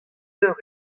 eur